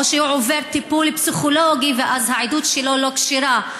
או שהוא עובר טיפול פסיכולוגי ואז העדות שלו לא כשירה.